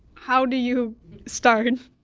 how do you start? and